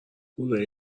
پوره